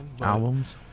Albums